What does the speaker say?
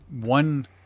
one